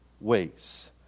ways